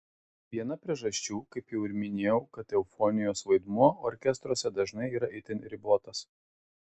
viena priežasčių kaip jau ir minėjau kad eufonijos vaidmuo orkestruose dažnai yra itin ribotas